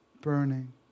burning